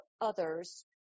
others